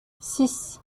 six